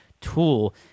tool